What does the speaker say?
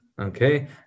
okay